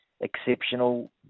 exceptional